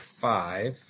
five